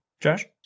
Josh